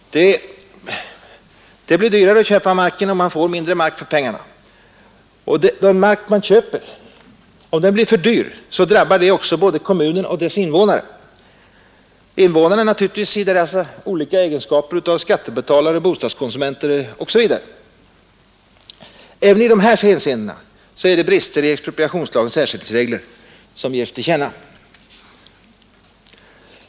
Det blir dyrare att köpa marken, och man får mindre mark för pengarna. Och om den mark man köper blir för dyr, så drabbar det också kommunen och dess invånare — invånarna i deras olika egenskaper av skattebetalare, bostadskonsumenter osv. Även i dessa hänseenden är det brister i expropriationslagens ersättningsregler som ger sig till känna.